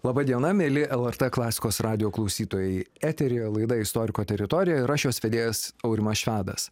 laba diena mieli lrt klasikos radijo klausytojai eteryje laidą istoriko teritorija ir aš jos vedėjas aurimas švedas